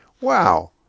wow